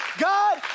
God